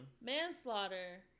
Manslaughter